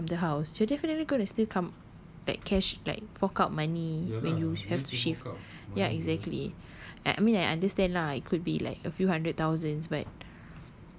profit from the house you definitely gonna still come like cash like fork out money when you have to shift ya exactly I mean I understand lah could be like few hundred thousand but